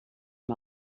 amb